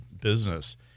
business